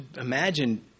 imagine